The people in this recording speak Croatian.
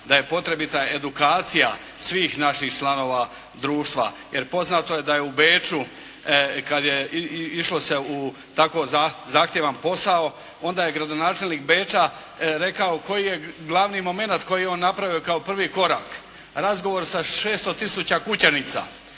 da je potrebita edukacija svih naših članova društva, jer poznato je da je u Beču, kad je išlo se u tako zahtjevan posao, onda je gradonačelnik Beča rekao koji je glavni momenat koji je on napravio kao prvi korak. Razgovor sa 600 tisuća kućanica,